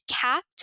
capped